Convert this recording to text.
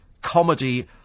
comedy